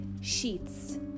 Sheets